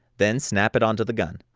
then snap it onto the gun.